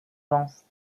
vance